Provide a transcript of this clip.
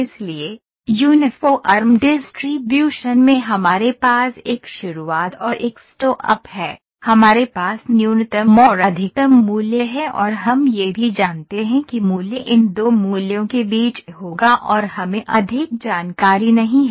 इसलिए uniform distribution में हमारे पास एक शुरुआत और एक स्टॉप है हमारे पास न्यूनतम और अधिकतम मूल्य है और हम यह भी जानते हैं कि मूल्य इन दो मूल्यों के बीच होगा और हमें अधिक जानकारी नहीं है